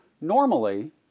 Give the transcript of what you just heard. normally